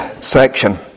section